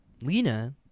Lena